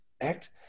Act